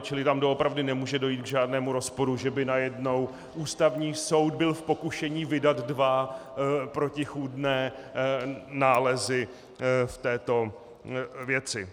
Čili tam doopravdy nemůže dojít k žádnému rozporu, že by najednou Ústavní soud byl v pokušení vydat dva protichůdné nálezy v této věci.